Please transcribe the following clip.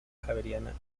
javeriana